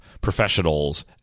professionals